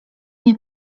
nie